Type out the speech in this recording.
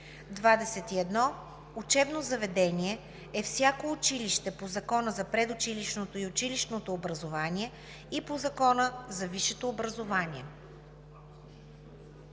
21. „Учебно заведение” е всяко училище по Закона за предучилищното и училищното образование и по Закона за висшето образование“.